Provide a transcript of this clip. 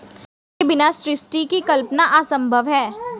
जल के बिना सृष्टि की कल्पना असम्भव ही है